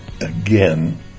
again